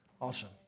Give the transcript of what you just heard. Awesome